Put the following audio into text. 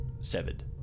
severed